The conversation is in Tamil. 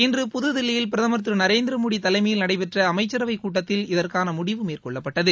இன்று புதுதில்லியில் பிரதமர் திரு நரேந்திரமோடி தலைமையில் நடைபெற்ற அமைச்சரவைக் கூட்டத்தில் இதற்கான முடிவு மேற்கொள்ளப்பட்டது